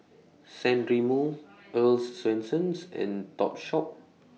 San Remo Earl's Swensens and Topshop